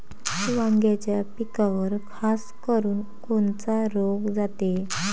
वांग्याच्या पिकावर खासकरुन कोनचा रोग जाते?